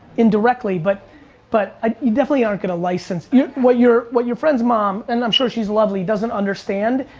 indirectly, but but ah you definitely aren't gonna license. what your what your friend's mom, and i'm sure she's lovely, doesn't understand,